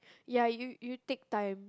ya you you take time